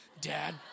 Dad